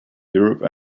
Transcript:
europe